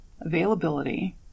availability